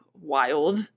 wild